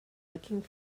looking